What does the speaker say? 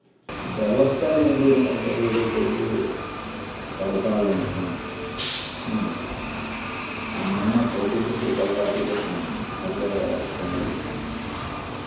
ᱵᱮᱵᱚᱥᱛᱷᱟ ᱜᱮ ᱡᱩᱫᱤ ᱵᱟᱹᱭ ᱵᱟᱹᱭᱛᱮ ᱯᱟᱞᱴᱟᱣ ᱞᱮᱱᱠᱷᱟᱱ ᱦᱮᱸ ᱟᱨ ᱱᱚᱜᱼᱚ ᱱᱟ ᱯᱚᱫᱽᱫᱷᱚᱛᱤᱛᱮ ᱯᱟᱞᱴᱟᱣ ᱤᱫᱤ ᱞᱮᱱᱠᱷᱟᱱ ᱛᱟᱦᱞᱮ ᱡᱟᱦᱟᱸᱭ